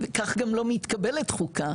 כך גם לא מתקבלת חוקה,